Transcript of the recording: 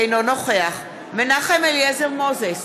אינו נוכח מנחם אליעזר מוזס,